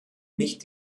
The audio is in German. nicht